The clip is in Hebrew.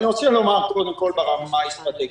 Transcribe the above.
אני רוצה לומר קודם כול ברמה האסטרטגית.